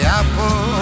apple